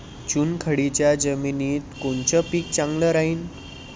चुनखडीच्या जमिनीत कोनचं पीक चांगलं राहीन?